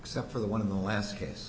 except for the one of the last case